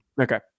Okay